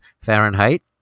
Fahrenheit